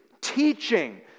teaching